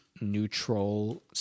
neutral